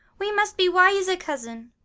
we must be wiser, cosin,